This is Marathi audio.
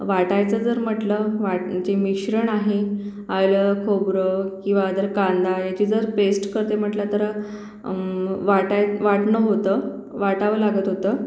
वाटायचं जर म्हटलं वाट जे मिश्रण आहे आलं खोबरं किंवा दर कांदा याची जर पेस्ट करते म्हटलं तर वाटाय वाटणं होतं वाटावं लागत होतं